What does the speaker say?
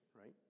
right